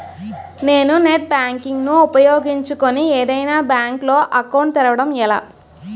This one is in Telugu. నేను నెట్ బ్యాంకింగ్ ను ఉపయోగించుకుని ఏదైనా బ్యాంక్ లో అకౌంట్ తెరవడం ఎలా?